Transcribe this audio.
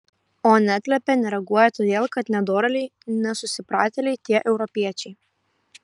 o neatliepia nereaguoja todėl kad nedorėliai nesusipratėliai tie europiečiai